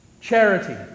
charity